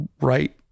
right